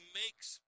makes